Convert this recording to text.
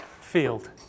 Field